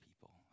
people